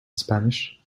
spanish